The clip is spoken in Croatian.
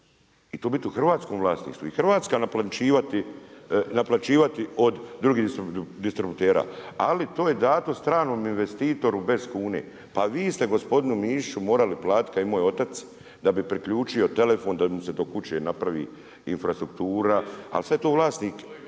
i to bit u hrvatskom vlasništvu i Hrvatska naplaćivati od drugih distributera. Ali to je dato stranom investitoru bez kune. Pa vi ste gospodine Mišiću morali platiti ka i moj otac da bi priključio telefon, da mu se do kuće napravi infrastruktura ali sve je to vlasnik